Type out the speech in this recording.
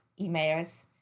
emails